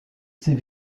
ses